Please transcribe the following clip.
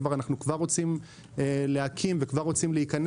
אנחנו כבר רוצים להקים ולהיכנס.